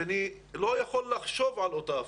שאני לא יכול לחשוב על אותה הפרדה.